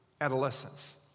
adolescence